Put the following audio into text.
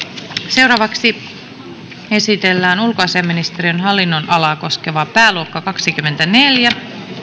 esitellään ulkoasiainministeriön hallinnonalaa koskeva pääluokka kaksikymmentäneljä